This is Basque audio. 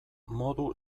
modu